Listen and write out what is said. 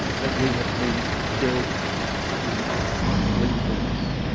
that we have been dead in sleep fullness,